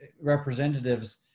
representatives